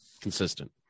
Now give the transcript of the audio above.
consistent